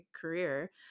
career